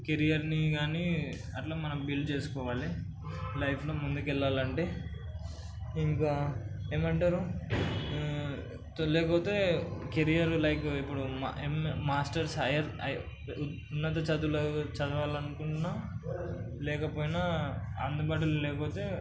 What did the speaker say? కెరియర్ని కానీ అట్లా మనం బిల్డ్ చేసుకోవాలి లైఫ్లో ముందుకెళ్ళాలి అంటే ఇంకా ఏమంటారు లేకపోతే కెరియర్ లైక్ ఇప్పుడు మాస్టర్స్ హైయ్యర్ ఉన్నత చదువులు చదవాలనుకున్న లేకపోయినా అందుబాటులో లేకపోతే